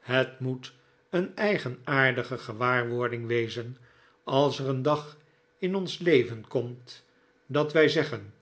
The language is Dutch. het moet een eigenaardige gewaarwording wezen als er een dag in ons leven komt datwij zeggen